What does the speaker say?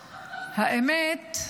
האמת,